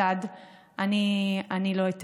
אלינו.